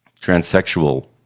transsexual